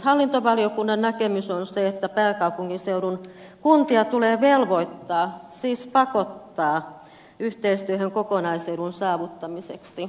hallintovaliokunnan näkemys on se että pääkaupunkiseudun kuntia tulee velvoittaa siis pakottaa yhteistyöhön kokonaisedun saavuttamiseksi